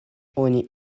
oni